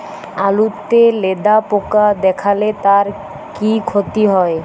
আলুতে লেদা পোকা দেখালে তার কি ক্ষতি হয়?